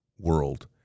world